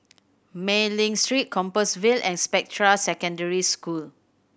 Mei Ling Street Compassvale and Spectra Secondary School